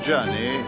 journey